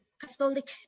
Catholic